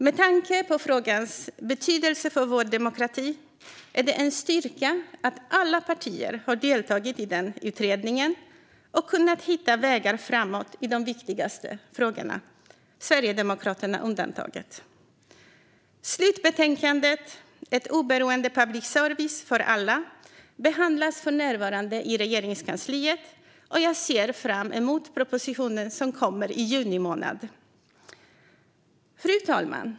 Med tanke på frågans betydelse för vår demokrati är det en styrka att alla partier har deltagit i den parlamentariska utredningen och kunnat hitta vägar framåt i de viktigaste frågorna - Sverigedemokraterna undantaget. Slutbetänkandet Ett oberoende public service för alla behandlas för närvarande i Regeringskansliet. Och jag ser fram emot propositionen som kommer i juni månad. Fru talman!